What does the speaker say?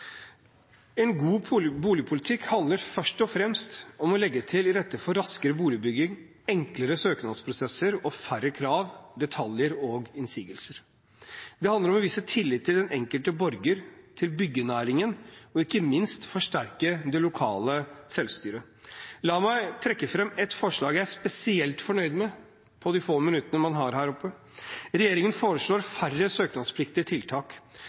En god boligpolitikk handler først og fremst om å legge til rette for raskere boligbygging, enklere søknadsprosesser og færre krav, detaljer og innsigelser. Det handler om å vise tillit til den enkelte borger og byggenæringen, og ikke minst om å forsterke det lokale selvstyret. La meg trekke fram ett forslag jeg er spesielt fornøyd med, på de få minuttene man har her oppe: Regjeringen foreslår færre søknadspliktige tiltak.